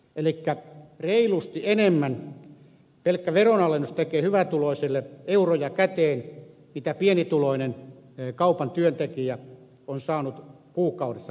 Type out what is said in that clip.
elikkä reilusti enemmän pelkkä veronalennus tekee hyvätuloisille euroja käteen mitä pienituloinen kaupan työntekijä on saanut kuukaudessa palkkaa